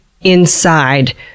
inside